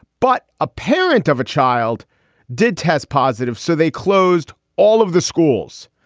but a parent of a child did test positive, so they closed all of the schools.